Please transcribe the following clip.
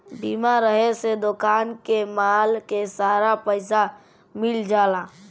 बीमा रहे से दोकान के माल के सारा पइसा मिल जाला